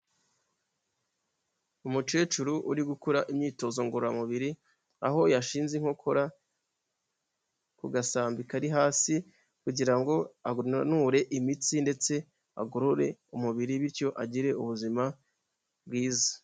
Umukecuru uri gukora imyitozo ngororamubiri aho yashinze inkokora ku gasambi kari hasi, kugira ngo aananure imitsi ndetse agorore umubiri bityo agire ubuzima bwiza.